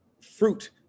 fruit